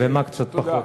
ומה קצת פחות.